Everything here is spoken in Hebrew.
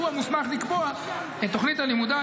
שהוא המוסמך לקבוע את תוכנית הלימודים,